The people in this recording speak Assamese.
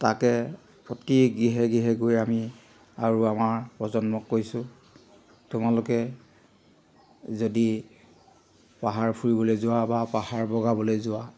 তাকে প্ৰতি গৃহে গৃহে গৈ আমি আৰু আমাৰ প্ৰজন্মক কৈছোঁ তোমালোকে যদি পাহাৰ ফুৰিবলৈ যোৱা বা পাহাৰ বগাবলৈ যোৱা